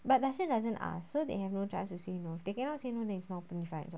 but dasson doesn't ask so they have no chance to say no they cannot say no means no defiance [what]